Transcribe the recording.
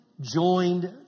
joined